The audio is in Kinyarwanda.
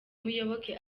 muyoboke